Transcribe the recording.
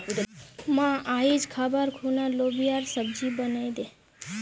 मां, आइज खबार खूना लोबियार सब्जी बनइ दे